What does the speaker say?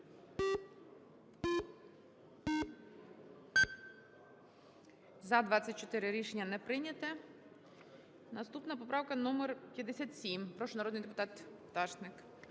За-27 Рішення не прийнято. Наступна - поправка номер 87. Прошу, народний депутат Семенуха.